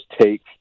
take